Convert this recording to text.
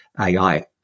ai